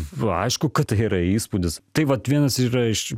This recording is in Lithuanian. aišku kad tai yra įspūdis tai vat vienas yra iš